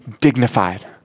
dignified